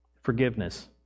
Forgiveness